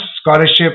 scholarship